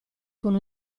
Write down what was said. con